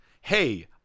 hey